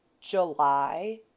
July